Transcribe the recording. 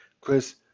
Chris